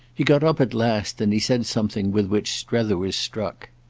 he got up at last and he said something with which strether was struck.